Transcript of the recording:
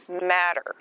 matter